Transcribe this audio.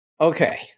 Okay